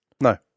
No